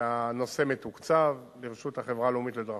והנושא מתוקצב לרשות החברה הלאומית לדרכים,